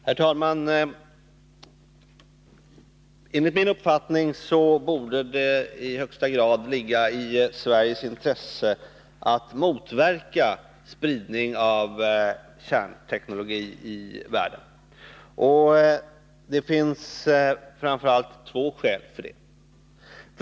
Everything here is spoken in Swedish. Herr talman! Enligt min uppfattning borde det i högsta grad ligga i Sveriges intresse att motverka spridning av kärnteknologi i världen. Det finns framför allt två skäl för det.